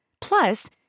Plus